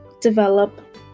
develop